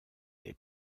les